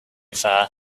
far